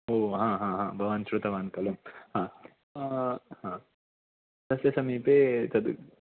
ओ आ हा हा भवान् श्रुतवान् खलु हा हा तस्य समीपे तद्